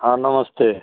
हाँ नमस्ते